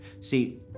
See